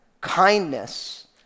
kindness